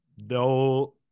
no